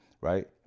right